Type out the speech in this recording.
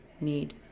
need